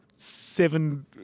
Seven